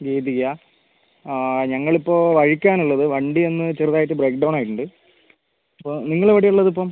ഗീതികയാ ആ ഞങ്ങളിപ്പോൾ വഴിക്കാണ് ഉള്ളത് വണ്ടി ഒന്ന് ചെറുതായിട്ട് ബ്രേക്ക് ഡൌൺ ആയിട്ടുണ്ട് അപ്പം നിങ്ങൾ എവിടെയാണ് ഉള്ളത് ഇപ്പം